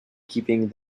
keeping